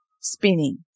spinning